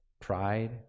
Pride